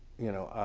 you know,